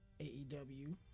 AEW